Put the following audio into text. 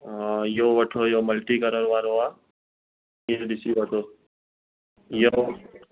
इहो वठो इहो मल्टी कलर वारो आहे पीस ॾिसी वठो इहो